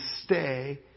stay